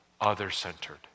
other-centered